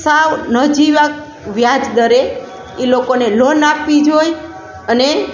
સાવ નજીવા વ્યાજ દરે એ લોકોને લોન આપવી જોઈએ અને